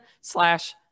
slash